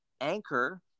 Anchor